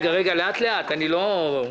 בגלל ההגדרה של שנת מעבר זה לא מופיע פה.